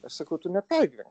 aš sakau tu nepergyvenk